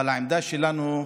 אבל העמדה שלנו,